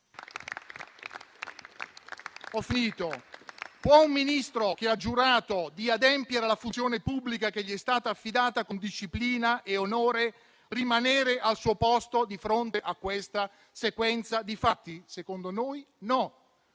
Può un Ministro che ha giurato di adempiere alla funzione pubblica che gli è stata affidata con disciplina e onore rimanere al suo posto di fronte a questa sequenza di fatti? Secondo noi no,